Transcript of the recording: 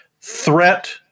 threat